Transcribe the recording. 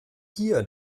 hier